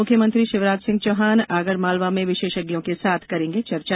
मुख्यमंत्री शिवराज सिंह चौहान आगर मालवा में विशेषज्ञों के साथ करेंगे चर्चा